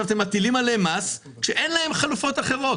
אתם מטילים עליהם מס כשאין להם חלופות אחרות.